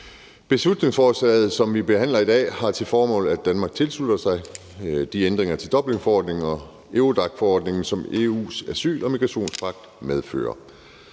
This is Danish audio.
Beslutningsforslaget, som vi behandler i dag, har til formål, at Danmark tilslutter sig de ændringer af Dublinforordningen og Eurodac-forordningen, som EU's asyl- og migrationspagt medfører.